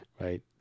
right